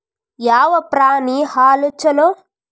ಯಾವ ಪ್ರಾಣಿ ಹಾಲು ಛಲೋ?